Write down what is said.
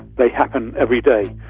they happen every day.